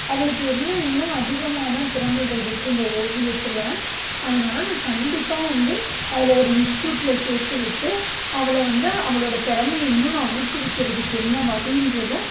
அவளுக்கு என்ன இன்னும் அதிகமா தான் திறமைகள்ருக்கும் இந்த ஓவியத்தில் அதனால நான் கண்டிப்பாக வந்து அவளை ஒரு இன்ஸ்ட்யூட்டில் சேர்த்து விட்டு அவளை வந்து அவளோடய திறமைய இன்னும் நான் ஊக்குவிக்கிறதுக்கு என்ன வழின்றத